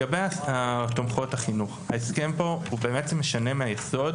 בנוגע לתומכות החינוך - ההסכם משנה מהיסוד